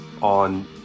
on